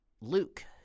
luke